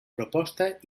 proposta